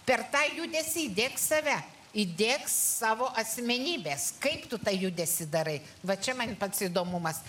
per tą judesį įdėk save įdėk savo asmenybės kaip tu tą judesį darai va čia man pats įdomumas